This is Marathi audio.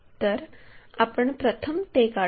तर आपण प्रथम ते काढू